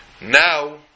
now